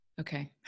Okay